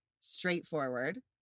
straightforward